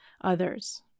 others